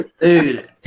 Dude